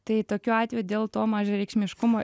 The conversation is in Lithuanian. tai tokiu atveju dėl to mažareikšmiškumo